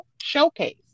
showcase